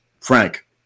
frank